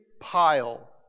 pile